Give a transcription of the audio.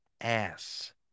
ass